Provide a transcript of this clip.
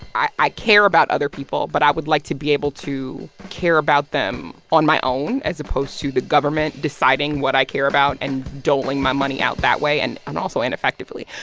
i i care about other people, but i would like to be able to care about them on my own as opposed to the government deciding what i care about and doling my money out that way and and also ineffectively.